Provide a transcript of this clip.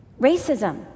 racism